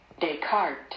Descartes